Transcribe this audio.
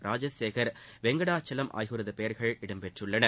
ராஜ்சேகர் வெங்கடாச்சலம் ஆகியோரது பெயர்கள் இடம்பெற்றுள்ளன